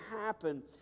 happen